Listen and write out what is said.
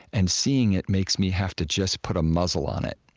and seeing it makes me have to just put a muzzle on it.